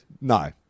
No